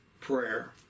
prayer